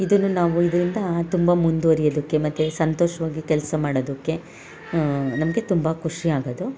ಇದನ್ನು ನಾವು ಇದರಿಂದ ತುಂಬ ಮುಂದುವರಿಯೋದಕ್ಕೆ ಮತ್ತು ಸಂತೋಷವಾಗಿ ಕೆಲಸ ಮಾಡೋದಕ್ಕೆ ನಮಗೆ ತುಂಬ ಖುಷಿ ಆಗೋದು